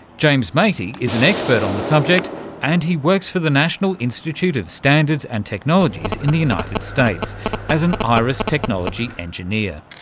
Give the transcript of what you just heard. james matey is an expert on the subject and he works for the national institute of standards and technologies in the united states as an iris technology engineer.